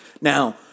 Now